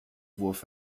wurf